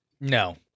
No